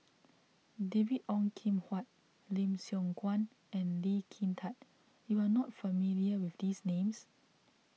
David Ong Kim Huat Lim Siong Guan and Lee Kin Tat you are not familiar with these names